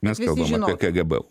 mes kalbam apie kgb